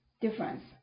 difference